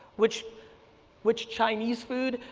which which chinese food,